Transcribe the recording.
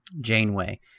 Janeway